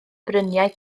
bryniau